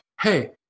hey